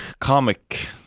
comic